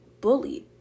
bullied